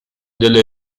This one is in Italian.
delle